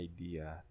idea